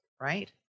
Right